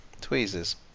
tweezers